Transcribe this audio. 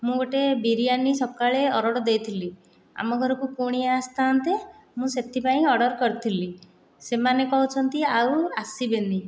ମୁଁ ଗୋଟିଏ ବିରିୟାନୀ ସକାଳେ ଅର୍ଡ଼ର ଦେଇଥିଲି ଆମ ଘରକୁ କୁଣିଆ ଆସିଥାନ୍ତେ ମୁଁ ସେଥିପାଇଁ ଅର୍ଡ଼ର କରିଥିଲି ସେମାନେ କହୁଛନ୍ତି ଆଉ ଆସିବେନି